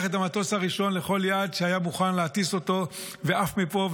את המטוס הראשון לכל יעד שהיה מוכן להטיס אותו ועף מפה,